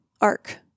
Arc